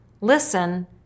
listen